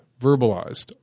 verbalized